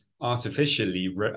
artificially